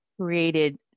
created